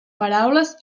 paraules